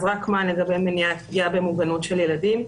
רקמן לגבי מניעת פגיעה במוגנות של ילדים.